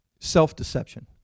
self-deception